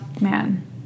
man